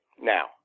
Now